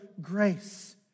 grace